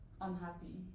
unhappy